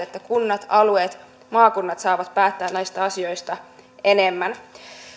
että kunnat alueet ja maakunnat saavat päättää näistä asioista enemmän